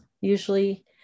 usually